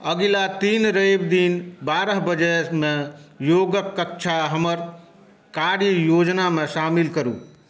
अगिला तीन रवि दिन बारह बजेमे योगक कक्षा हमर कार्ययोजनामे शामिल करू